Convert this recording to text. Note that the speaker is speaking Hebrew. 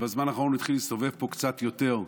ובזמן האחרון הוא התחיל להסתובב פה קצת יותר,